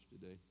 today